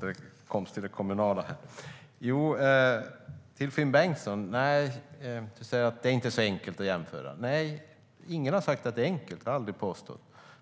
Fru talman! Finn Bengtsson säger att det inte är så enkelt att jämföra. Jag har aldrig påstått att det är enkelt,